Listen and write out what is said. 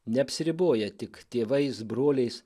neapsiriboja tik tėvais broliais